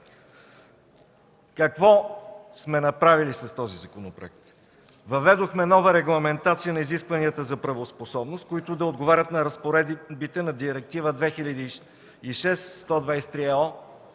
Какво сме направили с този законопроект? Въведохме нова регламентация на изискванията за правоспособност, които да отговарят на разпоредбите на Директива 2006/23/ЕО